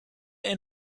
and